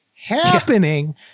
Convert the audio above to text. happening